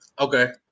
Okay